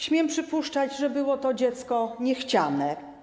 Śmiem przypuszczać, że było to dziecko niechciane.